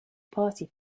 party